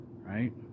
right